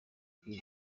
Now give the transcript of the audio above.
bwije